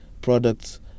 products